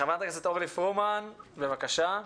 חברת הכנסת אורלי פרומן, בבקשה.